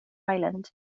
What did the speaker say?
island